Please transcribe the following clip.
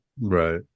Right